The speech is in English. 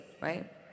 right